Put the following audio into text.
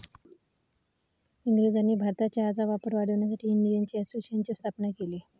इंग्रजांनी भारतात चहाचा वापर वाढवण्यासाठी इंडियन टी असोसिएशनची स्थापना केली